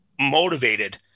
motivated